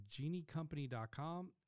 geniecompany.com